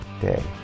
day